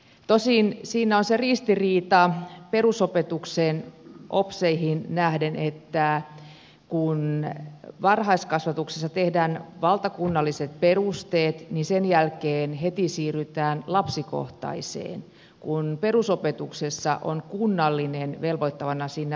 tosin siinä on se ristiriita perusopetuksen opseihin nähden että kun varhaiskasvatuksessa tehdään valtakunnalliset perusteet niin sen jälkeen heti siirrytään lapsikohtaiseen kun perusopetuksessa on kunnallinen velvoittavana siinä välissä